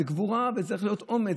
זו גבורה, וצריך להיות אומץ.